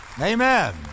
Amen